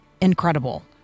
incredible